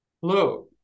Hello